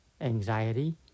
anxiety